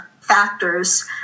factors